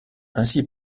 ainsi